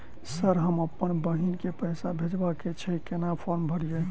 Sir हम अप्पन बहिन केँ पैसा भेजय केँ छै कहैन फार्म भरीय?